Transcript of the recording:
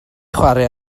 chwarae